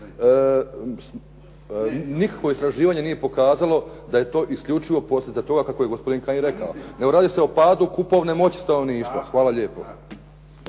Nikakvo istraživanje nije pokazalo da je to isključivo posljedica toga kako je gospodin Kajin rekao, nego radi s o padu kupovne moći stanovništva. Hvala lijepo.